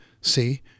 See